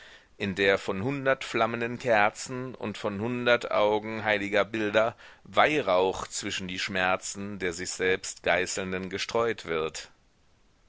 in der von hundert flammenden kerzen und von hundert augen heiliger bilder weihrauch zwischen die schmerzen der sich selbst geißelnden gestreut wird